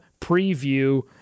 preview